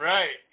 Right